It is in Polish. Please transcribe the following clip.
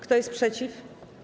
Kto jest przeciw?